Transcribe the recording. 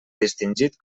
distingit